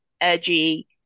edgy